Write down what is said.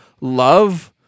love